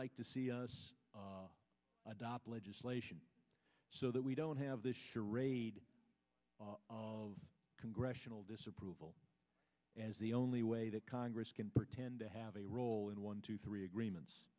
like to see us adopt legislation so that we don't have this charade of congressional disapproval as the only way that congress can pretend to have a role in one to three agreements